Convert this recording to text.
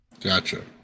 Gotcha